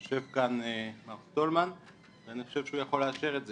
יושב כאן מר סטולמן ואני חושב שהוא יכול לאשר את זה.